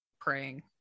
praying